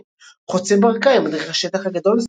2002 חוצה ברקאי - מדריך השטח הגדול,